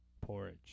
porridge